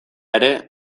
ere